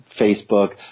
Facebook